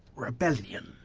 rebellion.